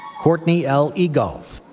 courtney l. egolf,